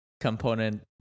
component